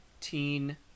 teen